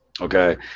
Okay